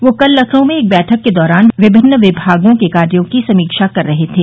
वह कल लखनऊ में एक बैठक के दौरान विमिन्न विमागों के कार्यो की समीक्षा कर रहे थे